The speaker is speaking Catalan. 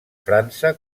frança